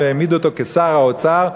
והעמידו אותו כשר האוצר.